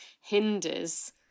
hinders